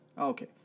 Okay